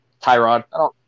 Tyrod